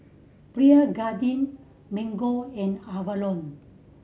Pierre Cardin Mango and Avalon